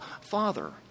Father